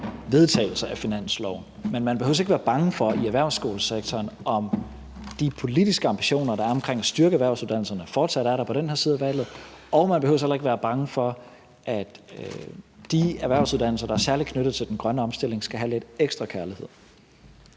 vedtagelse af finansloven. Men i erhvervsskolesektoren behøver man ikke være bange for, at de politiske ambitioner, der er omkring at styrke erhvervsuddannelserne, ikke fortsat er der på den her side af valget, og man behøver heller ikke være bange for, at de erhvervsuddannelser, der er særlig knyttet til den grønne omstilling, ikke vil få lidt ekstra kærlighed.